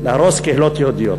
להרוס קהילות יהודיות,